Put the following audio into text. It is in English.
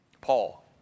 Paul